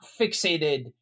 fixated